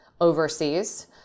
overseas